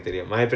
mm mm